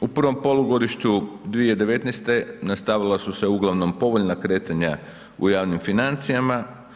U prvom polugodištu 2019. nastavila su se uglavnom povoljna kretanja u javnim financijama.